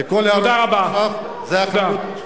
כי כל המחטף זה אחריות שלכם.